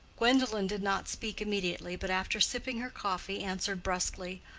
gwendolen did not speak immediately, but after sipping her coffee, answered brusquely,